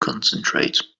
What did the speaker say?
concentrate